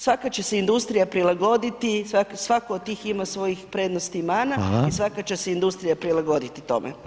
Svaka će se industrija prilagoditi, svako od tih ima svojih prednosti i mana i svaka će se industrija prilagoditi tome.